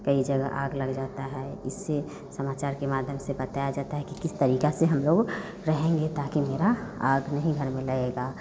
कई जगह आग लग जाता है इससे समाचार के माध्यम से बताया जाता है कि किस तरीका से हम लोग रहेंगे ताकी मेरा आग नहीं घर में लगेगा